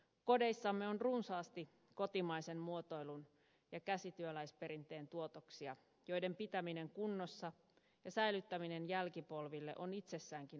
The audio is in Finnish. kodeissamme on runsaasti kotimaisen muotoilun ja käsityöläisperinteen tuotoksia joiden pitäminen kunnossa ja säilyttäminen jälkipolville on itsessäänkin arvokasta työtä